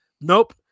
Nope